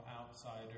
outsider